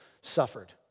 suffered